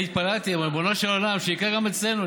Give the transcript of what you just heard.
אני התפללתי, ריבונו של עולם, שיקרה גם אצלנו.